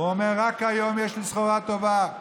הוא אומר: רק היום יש לי סחורה טובה,